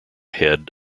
head